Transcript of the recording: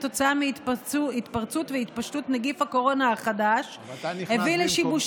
לפיד נפתלי בנט" בדיוק 1,786. כשהממשלה הזו